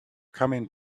coming